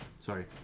sorry